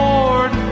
Lord